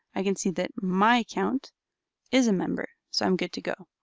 i can see that my account is a member, so i'm good to go.